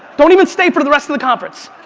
don't even stay for the rest of the conference.